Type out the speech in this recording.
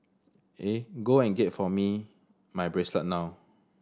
eh go and get for me my bracelet now